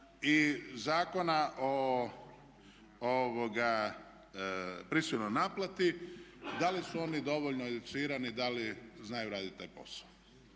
i Zakona o prisilnoj naplati da li su oni dovoljno educirani, da li znaju raditi taj